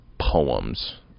poems